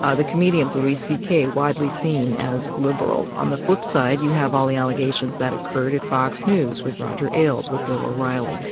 ah the comedian louis c k. widely seen as liberal. on the flip side, you have all the allegations that occurred at fox news with roger ailes, with bill o'reilly.